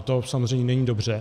A to samozřejmě není dobře.